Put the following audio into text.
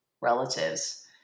relatives